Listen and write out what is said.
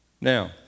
Now